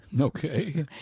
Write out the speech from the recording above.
Okay